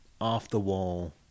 off-the-wall